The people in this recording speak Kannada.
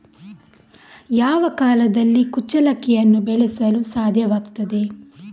ಯಾವ ಕಾಲದಲ್ಲಿ ಕುಚ್ಚಲಕ್ಕಿಯನ್ನು ಬೆಳೆಸಲು ಸಾಧ್ಯವಾಗ್ತದೆ?